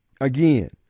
Again